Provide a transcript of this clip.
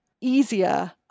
easier